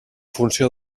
funció